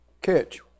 catch